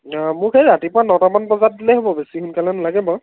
অঁ মোক সেই ৰাতিপুৱা নটামান বজাত দিলেই হ'ব বেছি সোনকালে নালাগে বাৰু